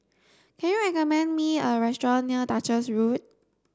can you recommend me a restaurant near Duchess Road